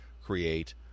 create